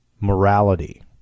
morality